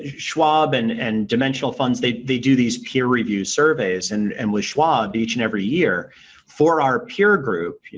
schwab and and dimensional funds, they they do these peer review surveys and and with schwab each and every year for our peer group.